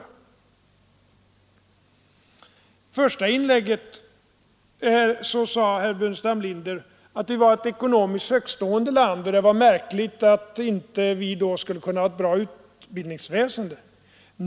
I sitt första inlägg sade herr Burenstam Linder att Sverige är ett ekonomiskt högtstående land och att det var märkligt att vi då inte skulle kunna ha ett bra utbildningsväsende.